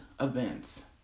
events